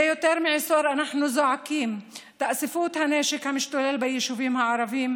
זה יותר מעשור אנחנו זועקים: תאספו את הנשק המשתולל ביישובים הערביים,